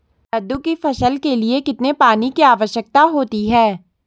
कद्दू की फसल के लिए कितने पानी की आवश्यकता होती है?